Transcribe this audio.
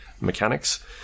mechanics